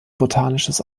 botanisches